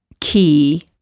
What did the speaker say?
key